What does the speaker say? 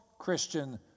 Christian